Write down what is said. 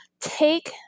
take